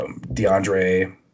DeAndre